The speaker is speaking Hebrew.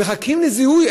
מחכים לזיהוי.